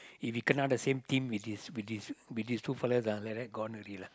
if we kena the same team with these with these with these two fellas ah like that gone already lah